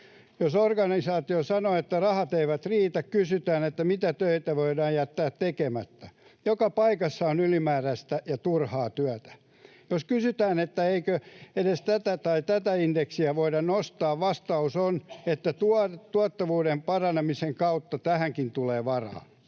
Jos organisaatio sanoo, että rahat eivät riitä, kysytään, mitä töitä voidaan jättää tekemättä. Joka paikassa on ylimääräistä ja turhaa työtä. Jos kysytään, eikö edes tätä tai tätä indeksiä voida nostaa, vastaus on, että tuottavuuden paranemisen kautta tähänkin tulee varaa.